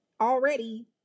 already